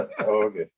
okay